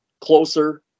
closer